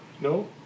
no